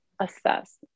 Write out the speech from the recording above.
assess